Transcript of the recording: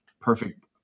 perfect –